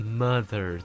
mother